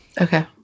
Okay